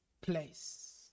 place